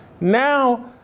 Now